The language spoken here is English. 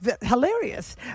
hilarious